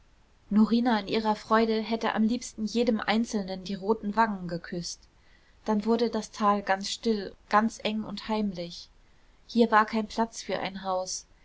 norina in ihrer freude hätte am liebsten jedem einzelnen die roten wangen geküßt dann wurde das tal ganz still ganz eng und heimlich hier war kein platz für ein haus